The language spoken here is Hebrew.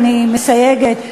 אני מסייגת,